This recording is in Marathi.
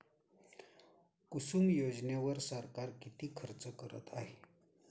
कुसुम योजनेवर सरकार किती खर्च करत आहे?